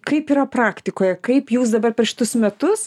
kaip yra praktikoje kaip jūs dabar per šitus metus